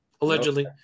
allegedly